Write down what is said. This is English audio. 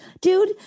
dude